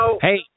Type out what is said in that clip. Hey